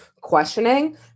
questioning